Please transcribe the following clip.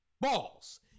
balls